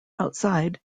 outside